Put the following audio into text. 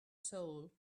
soul